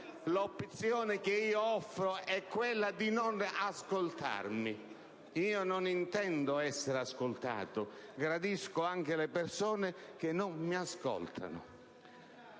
l'opzione che offro è quella di non ascoltarmi. Io non intendo essere ascoltato, gradisco anche le persone che non mi ascoltano.